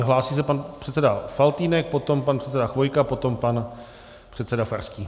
Hlásí se pan předseda Faltýnek, potom pan předseda Chvojka, potom pan předseda Farský.